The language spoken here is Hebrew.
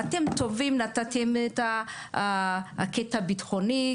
ואתם טובים נתתם את הקטע הבטחוני,